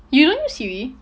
you don't use siri